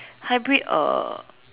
hybrid a